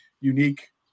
unique